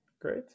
great